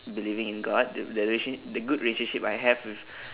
believing in god the the relation~ the good relationship I have with